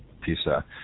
PISA